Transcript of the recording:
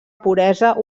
puresa